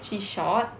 she's short